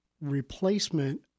replacement